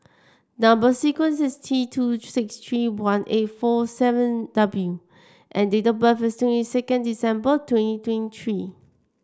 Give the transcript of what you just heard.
number sequence is T two six three one eight four seven W and date of birth is twenty second December twenty twenty three